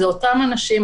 אלה אותם אנשים,